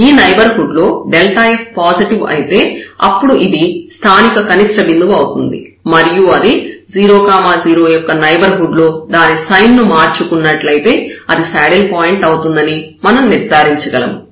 ఈ నైబర్హుడ్ లో f positive అయితే అప్పుడు ఇది స్థానిక కనిష్ట బిందువు అవుతుంది మరియు అది 0 0 యొక్క నైబర్హుడ్ లో దాని సైన్ ను మార్చుకున్నట్లయితే అది శాడిల్ పాయింట్ అవుతుందని మనం నిర్ధారించగలము